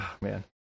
man